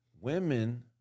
women